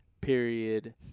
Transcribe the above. period